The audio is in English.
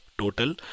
total